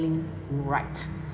cling~ right